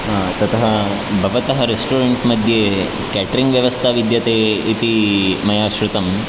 ततः भवतः रेस्टोरेण्ट् मध्ये केटरिङ्ग् व्यवस्था विद्यते इति मया श्रुतं